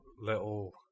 little